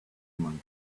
among